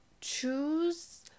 choose